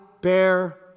bear